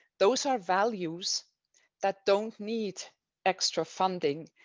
those are values that don't need extra funding,